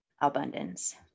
abundance